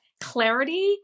clarity